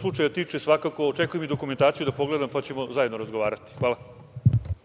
slučaja tiče, svakako očekujem i dokumentaciju da pogledam, pa ćemo zajedno razgovarati. Hvala.